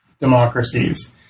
Democracies